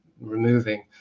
removing